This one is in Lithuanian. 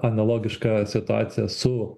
analogišką situaciją su